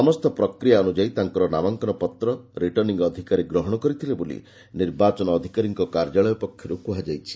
ସମସ୍ତ ପ୍ରକ୍ରିୟା ଅନ୍ଦ୍ରଯାୟୀ ତାଙ୍କର ନାମାଙ୍କନପତ୍ର ରିଟର୍ଣ୍ଣିଂ ଅଧିକାରୀ ଗ୍ରହଣ କରିଥିଲେ ବୋଲି ନିର୍ବାଚନ ଅଧିକାରୀଙ୍କ କାର୍ଯ୍ୟାଳୟ ପକ୍ଷରୁ କୁହାଯାଇଛି